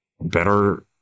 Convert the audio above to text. better